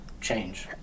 change